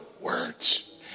words